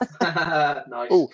Nice